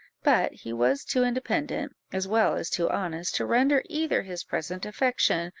but he was too independent, as well as too honest, to render either his present affection,